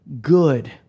good